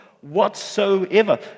whatsoever